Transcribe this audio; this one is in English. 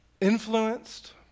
influenced